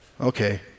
Okay